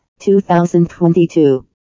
2022